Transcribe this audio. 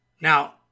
Now